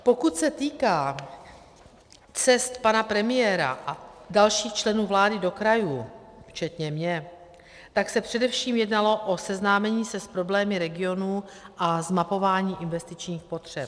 Pokud se týká cest pana premiéra a dalších členů vlády do krajů, včetně mě, tak se především jednalo o seznámení se s problémy regionů a zmapování investičních potřeb.